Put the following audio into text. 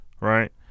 right